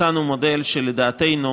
מצאנו מודל שלדעתנו,